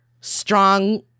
strong